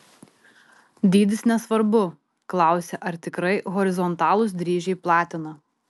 dydis nesvarbu klausia ar tikrai horizontalūs dryžiai platina